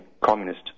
communist